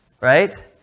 right